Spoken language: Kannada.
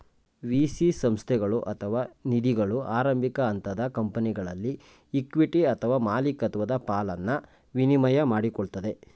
ವಿ.ಸಿ ಸಂಸ್ಥೆಗಳು ಅಥವಾ ನಿಧಿಗಳು ಆರಂಭಿಕ ಹಂತದ ಕಂಪನಿಗಳಲ್ಲಿ ಇಕ್ವಿಟಿ ಅಥವಾ ಮಾಲಿಕತ್ವದ ಪಾಲನ್ನ ವಿನಿಮಯ ಮಾಡಿಕೊಳ್ಳುತ್ತದೆ